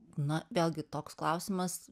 na vėlgi toks klausimas